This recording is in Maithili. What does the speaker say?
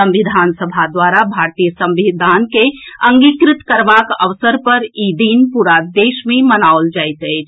संविधान सभा द्वारा भारतीय संविधान के अंगीकृत करबाक अवसर पर ई दिन पूरा देश मे मनाओल जाइत अछि